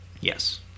Yes